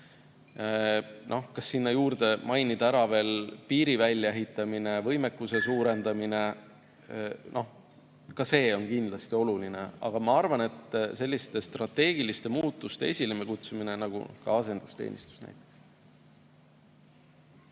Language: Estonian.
Kas sinna juurde mainida ära veel piiri väljaehitamine, võimekuse suurendamine? Ka see on kindlasti oluline, aga ma arvan, et selliste strateegiliste muutuste esilekutsumine nagu ka asendusteenistus näiteks.